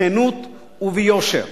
בכנות וביושר.